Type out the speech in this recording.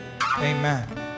Amen